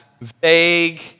vague